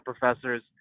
professors